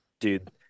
dude